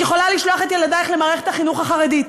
את יכולה לשלוח את ילדייך למערכת החינוך החרדית.